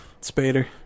Spader